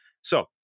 So-